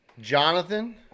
Jonathan